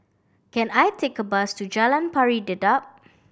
can I take a bus to Jalan Pari Dedap